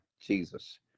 Jesus